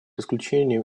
исключением